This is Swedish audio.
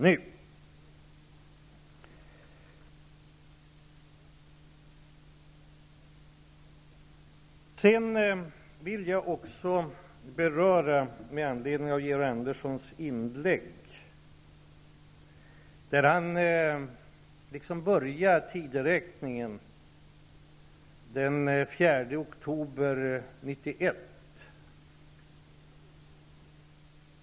Jag vill med anledning av Georg Anderssons inlägg också säga följande. Han börjar tideräkningen den 4 oktober 1991.